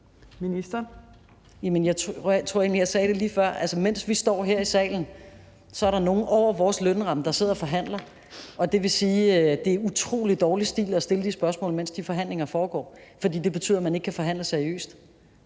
Jeg tror egentlig, at jeg sagde det lige før: Altså, mens vi står her i salen, er der nogle over vores lønramme, der sidder og forhandler. Det vil sige, at det er utrolig dårlig stil at stille de spørgsmål, mens de forhandlinger foregår, fordi det betyder, at man ikke kan forhandle seriøst.